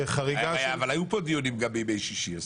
נכון, אבל היו פה דיונים גם בימי שישי.